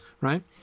right